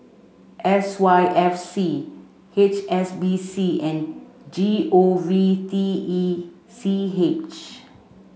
S Y F C H S B C and G O V T E C H